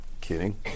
kidding